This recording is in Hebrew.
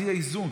יהיה איזון,